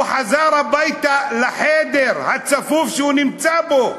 הוא חזר הביתה, לחדר הצפוף שהוא נמצא בו.